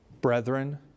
brethren